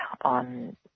on